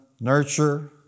nurture